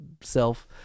self